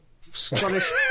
Scottish